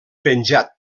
penjat